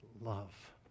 love